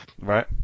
Right